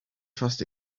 trust